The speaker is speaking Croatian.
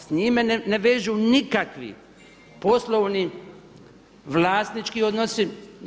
S njime me ne vežu nikakvi poslovni, vlasnički odnosi.